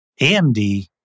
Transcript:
AMD